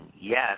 Yes